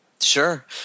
Sure